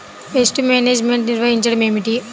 Pest management నిర్వచనం ఏమిటి?